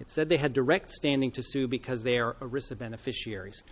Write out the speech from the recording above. it said they had direct standing to sue because their risk of beneficiaries